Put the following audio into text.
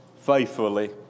faithfully